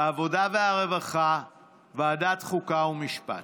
בוועדת העבודה והרווחה ובוועדת החוקה, חוק ומשפט.